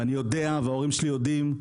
ואני יודע וההורים שלי יודעים,